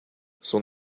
son